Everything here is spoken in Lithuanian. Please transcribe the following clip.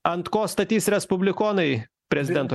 ant ko statys respublikonai prezidento